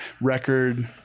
record